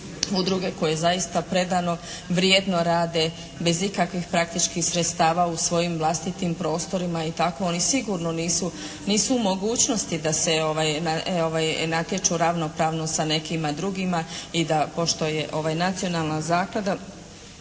udruge koje zaista predano, vrijedno rade, bez ikakvih praktički sredstava u svojim vlastitim prostorima i tako oni sigurno nisu u mogućnosti da se natječu ravnopravno sa nekima drugima i da pošto je nacionalna zaklada.